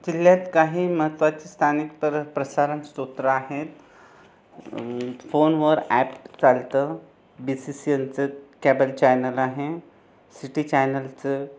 जिल्ह्यात काही महत्त्वाची स्थानिक प्र प्रसारण स्रोत आहेत फोनवर ॲप चालतं बी सी सी एलचं केबल चॅनल आहे सिटी चॅनलचं